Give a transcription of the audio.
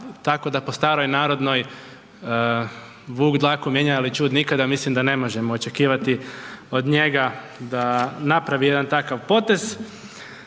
tako da po staroj narodnoj vuk dlaku mijenja, ali ćud nikada, mislim da ne možemo očekivati od njega da napravi jedan takav potez,